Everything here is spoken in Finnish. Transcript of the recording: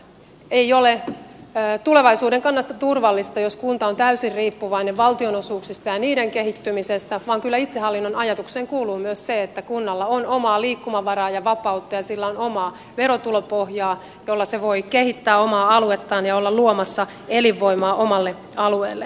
ei ole tulevaisuuden kannalta turvallista jos kunta on täysin riippuvainen valtionosuuksista ja niiden kehittymisestä vaan kyllä itsehallinnon ajatukseen kuuluu myös se että kunnalla on omaa liikkumavaraa ja vapautta ja sillä on omaa verotulopohjaa jolla se voi kehittää omaa aluettaan ja olla luomassa elinvoimaa omalle alueelleen